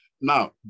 Now